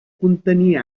contenir